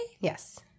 yes